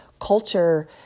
culture